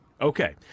Okay